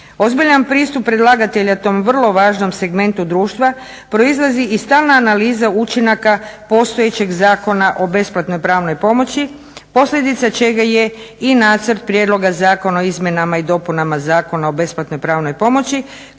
Ozbiljan pristup predlagatelja tom vrlo važnom segmentu društva proizlazi i stalna analiza učinaka postojećeg Zakona o besplatnoj pravnoj pomoći posljedica čega je i nacrt prijedloga Zakona o izmjenama i dopunama Zakona o besplatnoj pravnoj pomoći